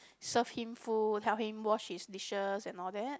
serve him food help him wash his dishes and all that